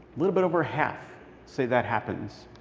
little bit over half say that happens.